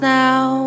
now